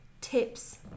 tips